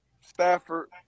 Stafford